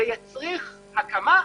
זה יצריך הקמה,